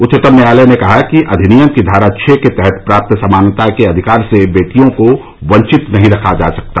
उच्चतम न्यायालय ने कहा कि अधिनियम की धारा छः के तहत प्राप्त समानता के अधिकार से बेटियों को वंचित नहीं रखा जा सकता